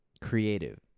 creative